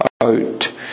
out